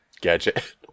gadget